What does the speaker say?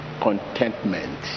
contentment